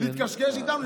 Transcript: להתקשקש איתם?